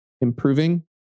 improving